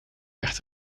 werd